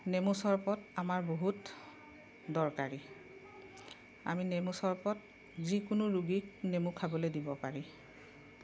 নেমু চৰবত আমাৰ বহুত দৰকাৰী আমি নেমু চৰবত যিকোনো ৰোগীক নেমু খাবলৈ দিব পাৰি